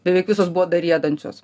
beveik visos buvo dar riedančios